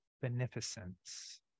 beneficence